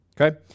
Okay